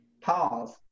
pause